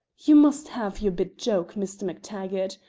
you must have your bit joke, mr. mactaggart.